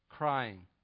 crying